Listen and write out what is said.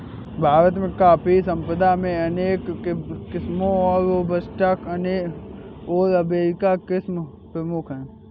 भारत में कॉफ़ी संपदा में अनेक किस्मो में रोबस्टा ओर अरेबिका किस्म प्रमुख है